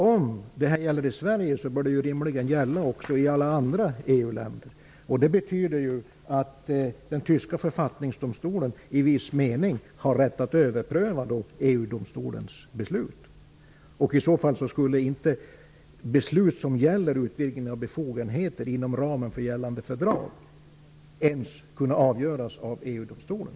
Om dessa principer skall gälla i Sverige bör de rimligen också gälla i alla andra EU länder. Det betyder att den tyska författningsdomstolen i viss mening har rätt att överpröva EU-domstolens beslut. I så fall skulle beslut som gäller utvidgning av befogenheter inom ramen för gällande fördrag inte ens kunna avgöras av EU-domstolen.